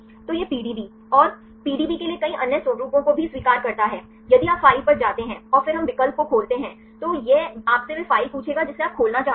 तो यह PDB और PDB के लिए कई अन्य स्वरूपों को भी स्वीकार करता है यदि आप फ़ाइल पर जाते हैं और फिर हम विकल्प को खोलते हैं तो यह आपसे वह फ़ाइल पूछेगा जिसे आप खोलना चाहते हैं